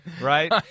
right